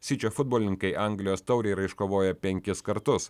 sičio futbolininkai anglijos taurėje yra iškovoję penkis kartus